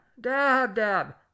Dab-dab